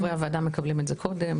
חברי הוועדה מקבלים את זה קודם.